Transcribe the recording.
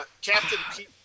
Captain